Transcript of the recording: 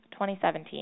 2017